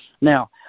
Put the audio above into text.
Now